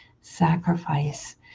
sacrifice